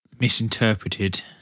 Misinterpreted